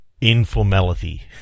Informality